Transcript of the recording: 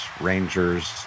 Rangers